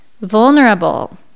vulnerable